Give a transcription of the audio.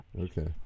Okay